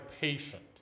patient